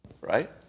Right